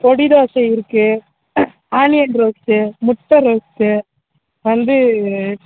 பொடி தோசை இருக்குது onion roast முட்டை ரோஸ்ட்டு வந்து